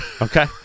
okay